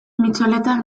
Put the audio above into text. mitxoletak